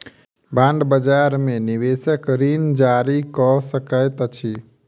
bond बजार में निवेशक ऋण जारी कअ सकैत अछि